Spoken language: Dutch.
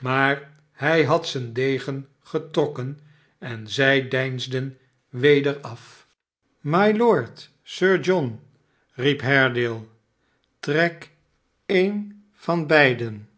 maar hij had zijn wbarnaby rudge degen getrokken en zij deinsden weder af mylord sir john riep haredale trek een van beiden